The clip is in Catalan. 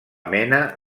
mena